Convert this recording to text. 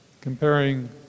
Comparing